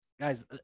Guys